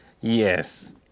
Yes